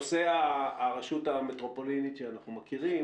נושא הרשות המטרופולינית שאנחנו מכירים,